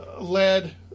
led